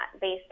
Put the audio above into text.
based